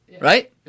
right